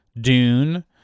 Dune